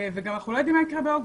אנחנו גם לא יודעים מה יקרה באוגוסט,